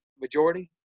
majority